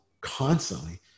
constantly